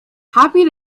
happy